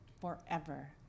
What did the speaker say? forever